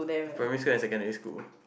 primary school and secondary school